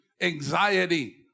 anxiety